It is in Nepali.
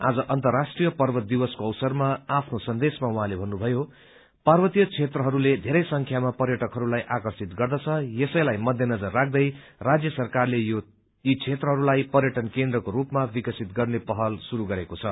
आज अन्तराष्ट्रीय पर्वत दिवसको अवसरमा आफ्नो सन्देशमा उझँले भन्नुषयो पार्वतीय क्षेत्रहस्ले धेरै संख्यामा पर्यटकहस्लाई आकर्षित गर्दछ यसैलाई मध्य नजर राख्दै राज्य सरकारले यी क्षेत्रहस्लाई पर्यटन केन्द्रको सूपमा विक्रसित गर्ने पहल शुरू गरेको छ